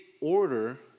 order